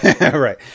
Right